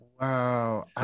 Wow